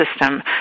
system